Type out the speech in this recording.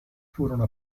furono